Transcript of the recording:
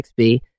XB